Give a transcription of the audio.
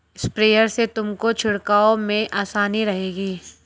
sprayer से तुमको छिड़काव में आसानी रहेगी